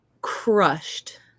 crushed